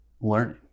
learning